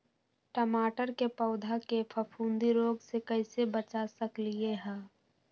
टमाटर के पौधा के फफूंदी रोग से कैसे बचा सकलियै ह?